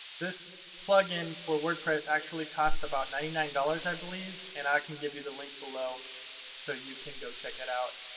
this plugin for wordpress actually costs about ninety nine dollars dollars i believe and i can give you the link below so you can go check it out.